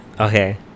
okay